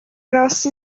راستی